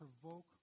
provoke